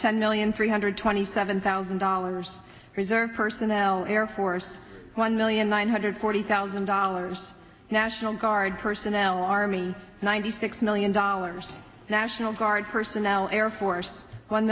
ten million three hundred twenty seven thousand dollars reserve personnel air force one million one hundred forty thousand dollars national guard personnel army ninety six million dollars national guard personnel air force one